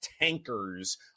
tankers